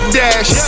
dash